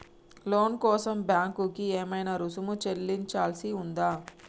లోను కోసం బ్యాంక్ కి ఏమైనా రుసుము చెల్లించాల్సి ఉందా?